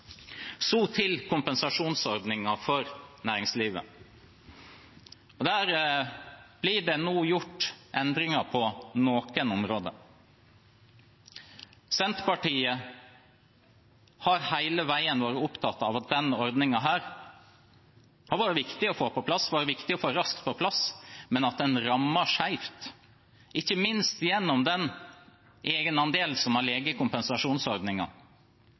Så til kompensasjonsordningen for næringslivet. Der blir det nå gjort endringer på noen områder. Senterpartiet har hele veien vært opptatt av at denne ordningen har vært viktig å få raskt på plass, men at den rammer skjevt, ikke minst gjennom den egenandelen som har